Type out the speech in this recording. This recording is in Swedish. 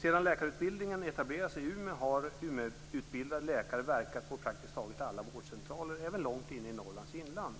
Sedan läkarutbildningen etablerades i Umeå har umeutbildade läkare verkat på praktiskt taget alla vårdcentraler - även långt inne i Norrlands inland.